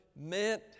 meant